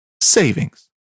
savings